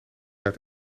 uit